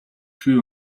хүү